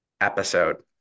episode